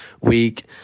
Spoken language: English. week